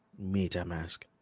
MetaMask